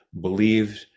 believed